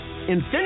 Infinity